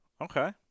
Okay